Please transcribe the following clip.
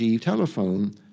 telephone